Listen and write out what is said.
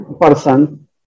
person